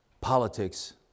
Politics